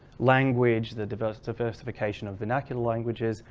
language the diversification of vernacular languages,